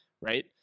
right